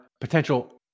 potential